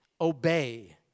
Obey